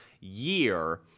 year